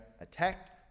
attacked